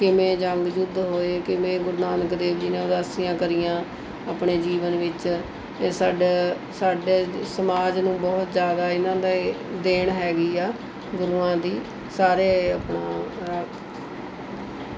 ਕਿਵੇਂ ਜੰਗ ਯੁੱਧ ਹੋਏ ਕਿਵੇਂ ਗੁਰੂ ਨਾਨਕ ਦੇਵ ਜੀ ਨੇ ਉਦਾਸੀਆਂ ਕਰੀਆਂ ਆਪਣੇ ਜੀਵਨ ਵਿੱਚ ਅਤੇ ਸਾਡਾ ਸਾਡੇ ਸਮਾਜ ਨੂੰ ਬਹੁਤ ਜ਼ਿਆਦਾ ਇਨ੍ਹਾਂ ਦਾ ਹੀ ਦੇਣ ਹੈਗੀ ਆ ਗੁਰੂਆਂ ਦੀ ਸਾਰੇ ਆਪਣਾ